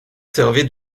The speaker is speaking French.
servait